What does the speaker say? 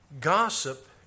Gossip